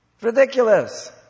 Ridiculous